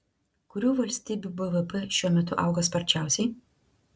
kurių valstybių bvp šiuo metu auga sparčiausiai